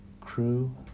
crew